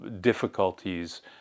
difficulties